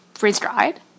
freeze-dried